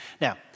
Now